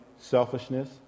selfishness